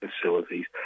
facilities